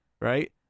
Right